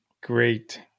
great